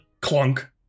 clunk